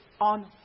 on